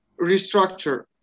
restructure